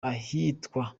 ahitwa